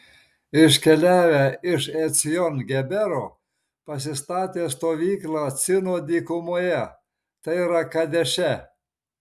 iškeliavę iš ecjon gebero pasistatė stovyklą cino dykumoje tai yra kadeše